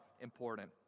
important